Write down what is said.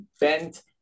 bent